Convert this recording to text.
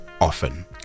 often